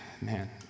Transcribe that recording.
Man